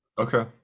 Okay